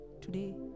today